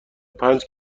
پنج